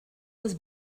was